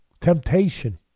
temptation